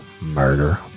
Murder